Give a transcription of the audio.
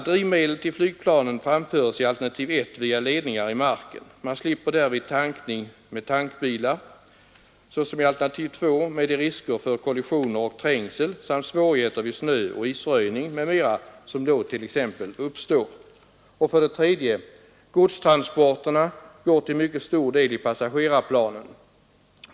Drivmedel till flygplanen framföres i alternativ 1 via ledningar i marken. Man slipper därvid tankning med tankbilar såsom i alternativ 2 med de risker för kollisioner och trängsel samt svårigheter vid snöoch isröjning m.m. som då t.ex. uppstår. 3. Godstransporterna går till mycket stor del i passagerarplanen.